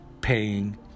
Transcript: paying